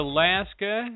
Alaska